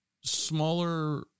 Smaller